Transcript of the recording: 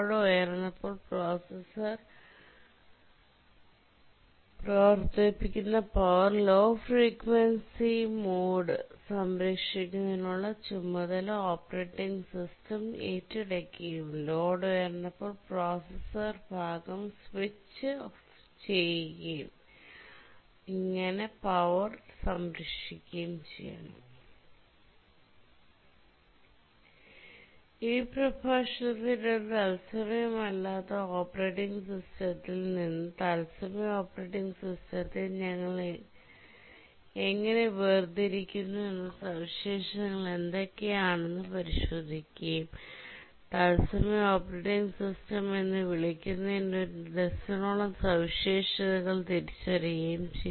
load ഉയർന്നപ്പോൾ processor പ്രവർത്തിപ്പിക്കുന്ന power low frequency മോഡിൽ സംരക്ഷിക്കുന്നതിനുള്ള ചുമതല ഓപ്പറേറ്റിംഗ് സിസ്റ്റം ഏറ്റെടുക്കുകയും ലോഡ് ഉയർന്നപ്പോൾ പ്രോസസർ ഭാഗം സ്വിച്ച് ഓഫ് ചെയ്യുകയും അങ്ങനെ പവർ സംരക്ഷിക്കുകയും ചെയ്യണം ഈ പ്രഭാഷണത്തിൽ ഒരു തത്സമയം അല്ലാത്ത ഓപ്പറേറ്റിംഗ് സിസ്റ്റത്തിൽ നിന്ന് തത്സമയ ഓപ്പറേറ്റിംഗ് സിസ്റ്റത്തെ വേർതിരിക്കുന്ന സവിശേഷതകൾ എന്തൊക്കെയാണെന്ന് ഞങ്ങൾ പരിശോധിക്കുകയുംതത്സമയ ഓപ്പറേറ്റിംഗ് സിസ്റ്റം എന്ന് വിളിക്കുന്നതിന് ഒരു ഡസനോളം സവിശേഷതകൾ ഞങ്ങൾ തിരിച്ചറിഞ്ഞു